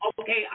Okay